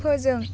फोजों